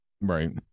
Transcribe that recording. Right